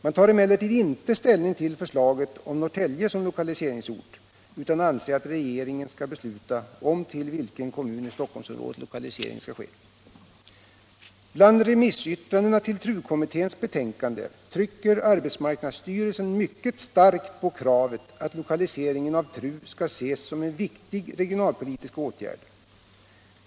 Man tar emellertid inte ställning till förslaget om Norrtälje som lokaliseringsort, utan anser att regeringen skall besluta om till vilken kommun i Stockholmsområdet lokaliseringen skall ske. 93 Radio och television i utbildningsväsendet Bland remissyttrandena till TRU-kommitténs betänkande trycker arbetsmarknadsstyrelsen mycket starkt på kravet att lokaliseringen av TRU skall ses som en viktig regionalpolitisk åtgärd.